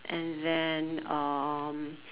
and then um